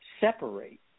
separate